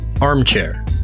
armchair